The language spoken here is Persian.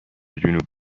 جنوب